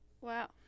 wow